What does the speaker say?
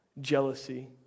jealousy